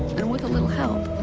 and with a little help,